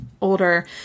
older